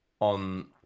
on